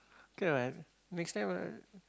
okay what next time uh